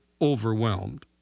overwhelmed